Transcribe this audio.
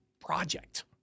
project